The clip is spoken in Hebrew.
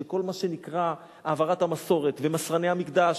של כל מה שנקרא: העברת המסורת ומסרני המקדש,